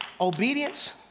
Obedience